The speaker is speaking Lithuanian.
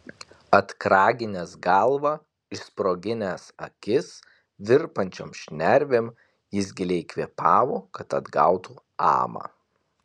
atkraginęs galvą išsproginęs akis virpančiom šnervėm jis giliai kvėpavo kad atgautų amą